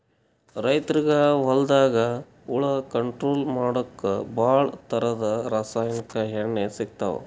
ರೈತರಿಗ್ ಹೊಲ್ದಾಗ ಹುಳ ಕಂಟ್ರೋಲ್ ಮಾಡಕ್ಕ್ ಭಾಳ್ ಥರದ್ ರಾಸಾಯನಿಕ್ ಎಣ್ಣಿ ಸಿಗ್ತಾವ್